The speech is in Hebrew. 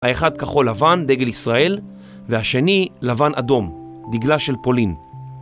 האחד כחול לבן, דגל ישראל, והשני לבן אדום, דגלה של פולין.